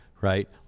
right